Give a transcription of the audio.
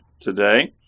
today